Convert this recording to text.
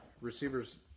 receivers